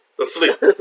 asleep